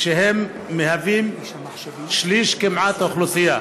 הם מהווים כמעט שליש,